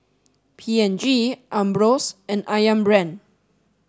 P and G Ambros and Ayam Brand